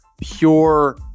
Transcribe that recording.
pure